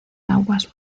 aguas